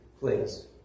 Please